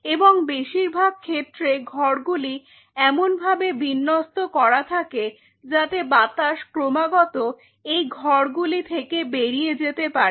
এবং বেশিরভাগ ক্ষেত্রে ঘরগুলি এমনভাবে বিন্যস্ত করা থাকে যাতে বাতাস ক্রমাগত এই ঘরগুলি থেকে বেরিয়ে যেতে পারে